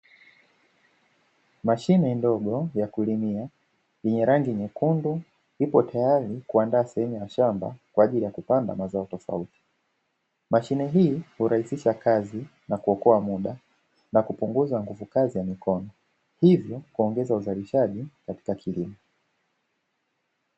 Mashine ndogo ya kulimia yenye rangi nyekundu, ipo tayari kuandaa sehemu ya shamba kwa ajili ya kupanda mazao tofauti. Mashine hii hurahisisha kazi na kuokoa muda, na kupunguza nguvu kazi ya mikono hivyo kuongeza uzalishaji katika kilimo.